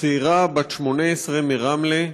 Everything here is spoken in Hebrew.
צעירה בת 18 מרמלה,